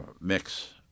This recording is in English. mix